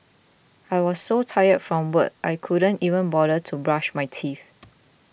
I was so tired from work I couldn't even bother to brush my teeth